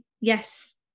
yes